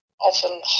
often